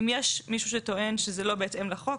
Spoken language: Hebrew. אם יש מישהו שטוען שזה לא בהתאם לחוק,